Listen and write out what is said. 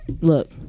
look